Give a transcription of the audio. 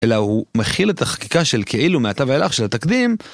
אלא הוא מכיל את החקיקה של כאילו מעתה ואילך של התקדים.